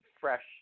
fresh